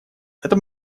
это